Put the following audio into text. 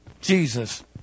Jesus